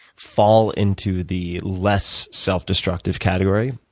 fall into the less self-destructive category,